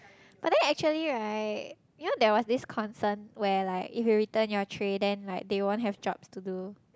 I think actually right you know there was this concern where like if you return your tray then like they won't have jobs to do